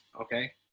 okay